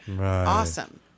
Awesome